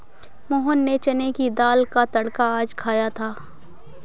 मोहन ने चने की दाल का तड़का आज खाया था